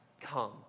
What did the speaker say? come